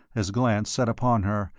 his glance set upon her,